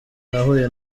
nahuye